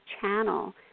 channel